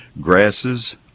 Grasses